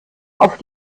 auf